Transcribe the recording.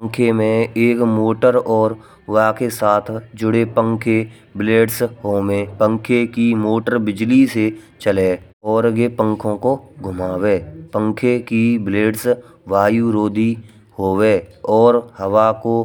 पंखे एक मोटर और वाके साथ जुड़े पंखे ब्लेड्स होवे, पंखे की मोटर बिजली से चले और गे पंखो को घुमावे। पंखे की ब्लेड्स वायुरोधी होवे और हवा को